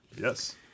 Yes